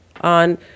on